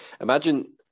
Imagine